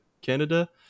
canada